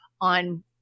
on